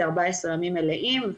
זה 14 ימים מלאים,